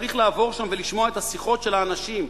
צריך לעבור שם ולשמוע את השיחות של האנשים,